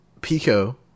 Pico